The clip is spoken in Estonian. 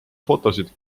fotosid